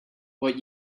what